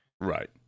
Right